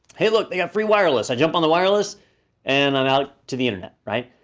hey look, they got free wireless. i jump on the wireless and i'm out to the internet, right?